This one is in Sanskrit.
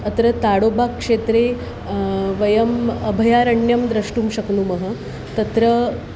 अत्र ताडोबाक्षेत्रे वयम् अभयारण्यं द्रष्टुं शक्नुमः तत्र